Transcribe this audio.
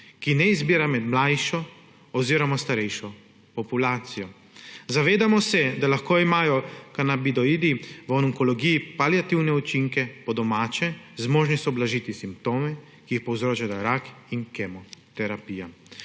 ki ne izbira med mlajšo oziroma starejšo populacijo. Zavedamo se, da lahko imajo kanabinoidi v onkologiji paliativne učinke, po domače, zmožni so blažiti simptome, ki jih povzročata rak in kemoterapija.